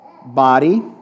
body